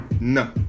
No